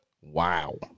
Wow